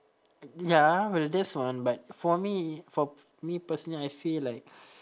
ya but like that's one but for me for me personal I feel like